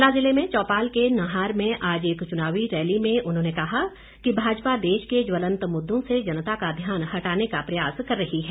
शिमला जिले में चौपाल के नंहार में आज एक चुनावी रैली में उन्होंने कहा कि भाजपा देश के ज्वलंत मुद्दों से जनता का ध्यान हटाने का प्रयास कर रही है